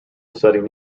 setting